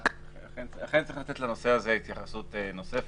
לכן צריך לתת לנושא הזה התייחסות נוספת.